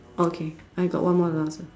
okay I got one more last one